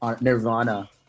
nirvana